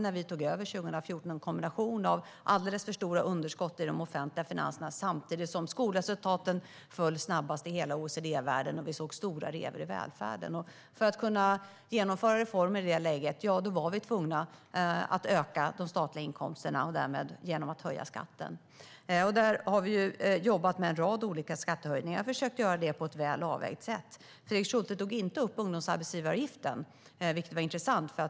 När vi tog över 2014 hade vi en kombination av alldeles för stora underskott i de offentliga finanserna och skolresultat som föll snabbast i hela OECD-världen. Det fanns stora revor i välfärden. För att kunna genomföra reformer i det läget var vi tvungna att öka de statliga inkomsterna och därmed höja skatten. Vi har jobbat med en rad olika skattehöjningar, och vi har försökt att göra det på ett välavvägt sätt. Fredrik Schulte tog inte upp ungdomsarbetsgivaravgiften, vilket var intressant.